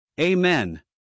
Amen